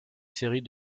série